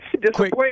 Disappoint